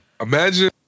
Imagine